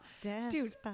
Dude